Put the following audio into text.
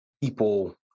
people